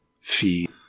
Feed